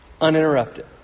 uninterrupted